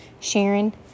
Sharon